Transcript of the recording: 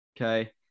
Okay